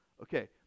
Okay